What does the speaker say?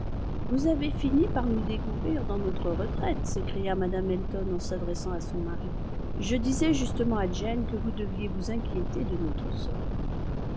vous avez fini par nous découvrir dans notre retraite s'écria mme elton en s'adressant à son mari je disais justement à jane que vous deviez vous inquiéter de notre sort